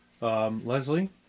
Leslie